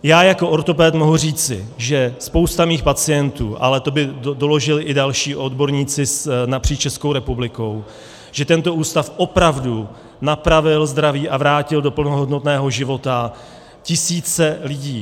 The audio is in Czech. Já jako ortoped mohu říci, že spousta mých pacientů, ale to by doložili i další odborníci napříč Českou republikou, že tento ústav opravdu napravil zdraví a vrátil do plnohodnotného života tisíce lidí.